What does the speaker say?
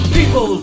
People